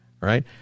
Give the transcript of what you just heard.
Right